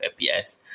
FPS